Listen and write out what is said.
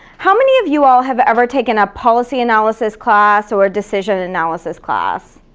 how many of you all have ever taken a policy analysis class or a decision analysis class?